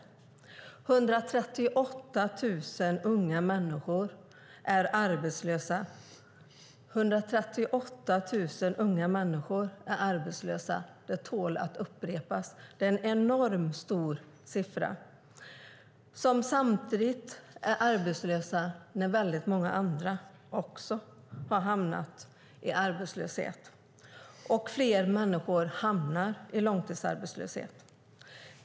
138 000 unga människor är arbetslösa - det tål att upprepas. Det är en enormt hög siffra. De är arbetslösa samtidigt som också väldigt många andra har hamnat i arbetslöshet. Fler människor hamnar i långtidsarbetslöshet.